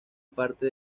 parte